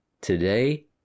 today